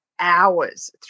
hours